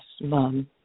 mom